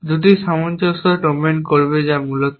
দুটি সামঞ্জস্য ডোমেইন করবে যা মূলত